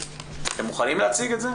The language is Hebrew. אתם מוכנים להציג את זה?